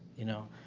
you know,